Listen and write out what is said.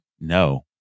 No